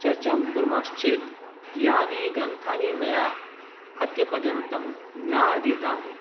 चर्चां कुर्मश्चेत् यानि ग्रन्थानि मया अद्यपर्यन्तं न अधीतानि